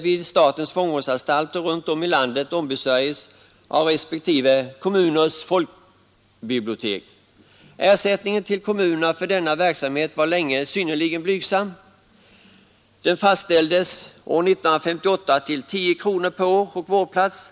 vid statens fångvårdsanstalter runt om i landet ombesörjes av respektive kommuners folkbibliotek. Ersättningen till kommunerna för denna verksamhet var länge synnerligen blygsam. Den fastställdes år 1958 till 10 kronor per år och vårdplats.